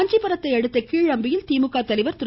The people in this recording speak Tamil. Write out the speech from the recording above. காஞ்சிபுரத்தையடுத்த கீழம்பியில் திமுக தலைவர் திரு